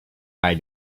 try